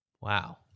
Wow